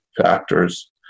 factors